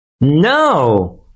no